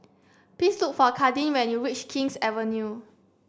please look for Kadin when you reach King's Avenue